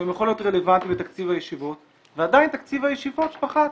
שהם יכול להיות רלוונטיים בתקציב הישיבות ועדיין תקציב הישיבות פחת,